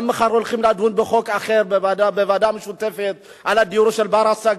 גם מחר הולכים לדון בחוק אחר בוועדה המשותפת על דיור בר-השגה,